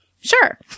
Sure